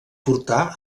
portar